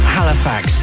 Halifax